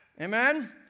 Amen